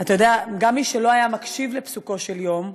אתה יודע, גם מי שלא היה מקשיב ל"פסוקו של יום",